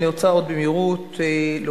אני רוצה עוד במהירות לומר,